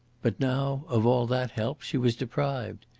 but now of all that help she was deprived.